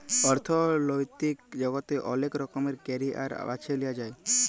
অথ্থলৈতিক জগতে অলেক রকমের ক্যারিয়ার বাছে লিঁয়া যায়